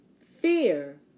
fear